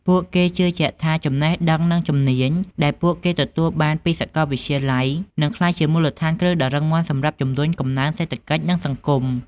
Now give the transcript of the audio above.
ពួកគេជឿជាក់ថា ចំណេះដឹង និងជំនាញដែលពួកគេទទួលបានពីសាកលវិទ្យាល័យ នឹងក្លាយជាមូលដ្ឋានគ្រឹះដ៏រឹងមាំសម្រាប់ជំរុញកំណើនសេដ្ឋកិច្ច និងសង្គម។